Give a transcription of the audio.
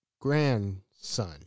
grandson